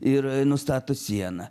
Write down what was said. ir nustato sieną